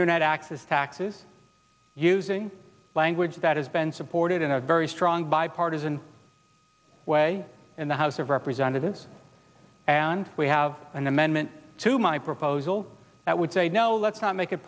internet access taxes using language that has been supported in a very strong bipartisan way in the house of representatives and we have an amendment to my proposal that would say no let's not make